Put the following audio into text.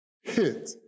hit